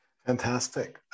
Fantastic